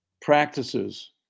practices